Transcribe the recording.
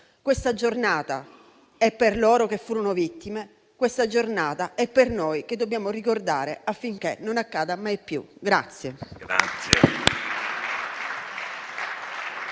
Questa Giornata è per loro che furono vittime; questa Giornata è per noi che dobbiamo ricordare affinché non accada mai più.